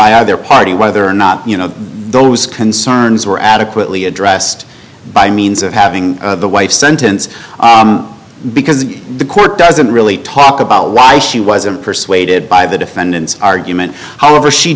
their party whether or not you know those concerns were adequately addressed by means of having the wife sentence because the court doesn't really talk about why she wasn't persuaded by the defendant's argument however she